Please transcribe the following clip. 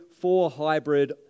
four-hybrid